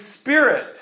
spirit